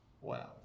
wow